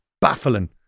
baffling